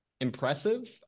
Impressive